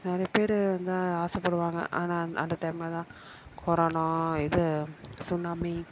நிறைய பேர் வந்து ஆசைப்படுவாங்க ஆனால் அந்த அந்த டைமிலலாம் கொரோனா இது சுனாமி